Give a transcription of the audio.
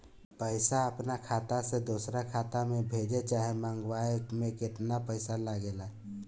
पैसा अपना खाता से दोसरा खाता मे भेजे चाहे मंगवावे में केतना पैसा लागेला?